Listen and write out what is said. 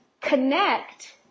connect